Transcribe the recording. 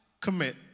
commit